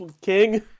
king